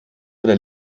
oder